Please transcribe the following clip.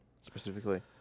specifically